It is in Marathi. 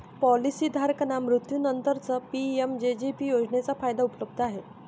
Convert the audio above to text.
पॉलिसी धारकाच्या मृत्यूनंतरच पी.एम.जे.जे.बी योजनेचा फायदा उपलब्ध आहे